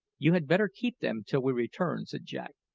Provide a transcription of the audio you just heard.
you had better keep them till we return, said jack.